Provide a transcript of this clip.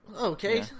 Okay